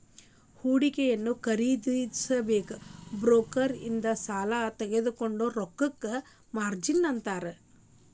ಹೂಡಿಕೆಯನ್ನ ಖರೇದಿಸಕ ಬ್ರೋಕರ್ ಇಂದ ಸಾಲಾ ತೊಗೊಂಡ್ ರೊಕ್ಕಕ್ಕ ಮಾರ್ಜಿನ್ ಅಂತಾರ